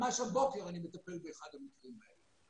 ממש הבוקר אני מטפל באחד המקרים האלה.